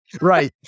Right